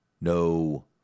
No